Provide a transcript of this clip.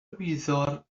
wyddor